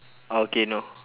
okay no